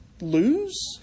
Lose